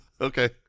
Okay